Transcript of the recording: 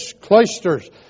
cloisters